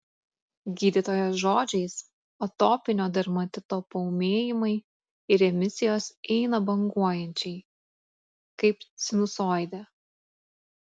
gydytojos žodžiais atopinio dermatito paūmėjimai ir remisijos eina banguojančiai kaip sinusoidė